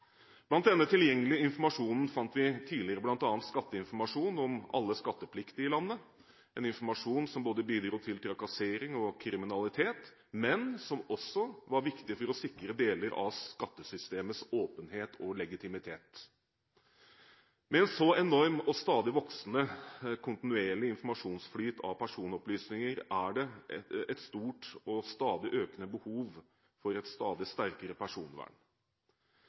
Blant denne tilgjengelige informasjonen fant vi tidligere bl.a. skatteinformasjon om alle skattepliktige i landet – en informasjon som både bidro til trakassering og kriminalitet, men som også var viktig for å sikre deler av skattesystemets åpenhet og legitimitet. Med en så enorm, og stadig voksende, kontinuerlig informasjonsflyt av personopplysninger er det et stort, og stadig økende, behov for et stadig sterkere personvern.